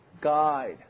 guide